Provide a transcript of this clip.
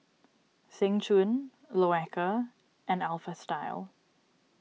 Seng Choon Loacker and Alpha Style